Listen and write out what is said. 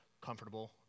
comfortable